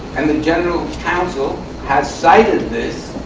and the general counsel has cited this.